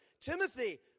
Timothy